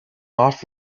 off